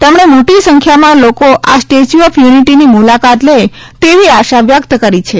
તેમણે મોટી સંખ્યામાં લોકો આ સ્ટેચ્યૂ ઓફ યુનિટીની મુલાકાત લે તેવી આશા વ્યક્ત કરી છે